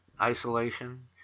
isolation